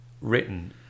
written